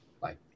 Bye